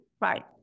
Right